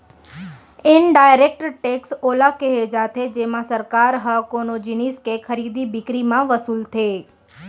indirect tax ओला केहे जाथे जेमा सरकार ह कोनो जिनिस के खरीदी बिकरी म वसूलथे